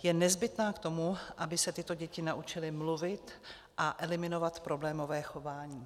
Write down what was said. Je nezbytná k tomu, aby se tyto děti naučily mluvit a eliminovat problémové chování.